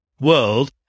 world